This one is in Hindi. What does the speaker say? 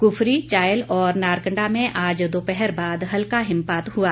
कुफरी चायल और नारकंडा में आज दोपहर बाद हल्का हिमपात हुआ